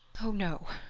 oh no!